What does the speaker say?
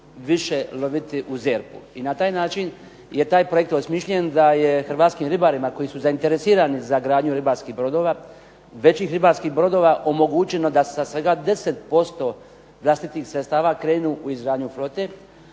više loviti u ZERP-u. I na taj način je taj projekt osmišljen da je hrvatskim ribarima koji su zainteresirani za gradnju ribarskih brodova, većih ribarskih brodova omogućeno da sa svega 10% vlastitih sredstava krenu u izgradnju flote,